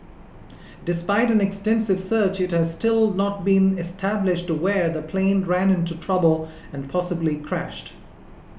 despite an extensive search it has still not been established where the plane ran into trouble and possibly crashed